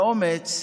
באומץ,